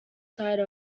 side